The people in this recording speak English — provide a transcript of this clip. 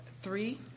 three